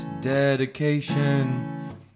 dedication